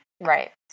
Right